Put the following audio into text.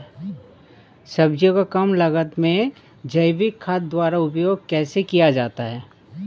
सब्जियों को कम लागत में जैविक खाद द्वारा उपयोग कैसे किया जाता है?